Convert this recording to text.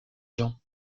jean